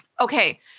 Okay